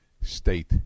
state